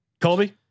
Colby